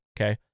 okay